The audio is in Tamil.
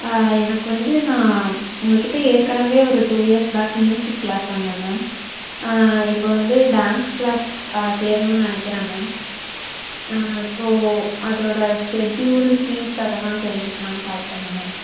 எனக்கு வந்து நான் உங்கள் கிட்டே ஏற்கெனவே ஒரு two years back music class வந்தேன் மேம் இப்போ வந்து டான்ஸ் கிளாஸ் சேரணுனு நினைக்கிறேன் மேம் ஸோ அதோட ஸ்கெட்டியூல் ஃபீஸ் அதெல்லாம் தெரிஞ்சுக்கலான்னு கால் பண்ணிணேன் மேம்